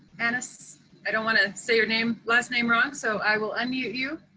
and so i don't want to say your name last name wrong, so i will unmute you.